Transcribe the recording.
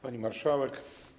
Pani Marszałek!